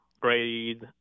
grade